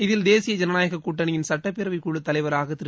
இதில் தேசிய ஜனநாயகக் கூட்டணியின் சட்டப் பேரவைக் குழுத் தலைவராக திரு